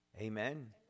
Amen